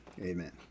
Amen